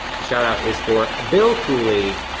shout-out is for bill cooley.